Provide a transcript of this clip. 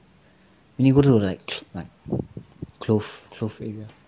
you need go to like like clove clove area